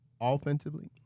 offensively